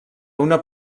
una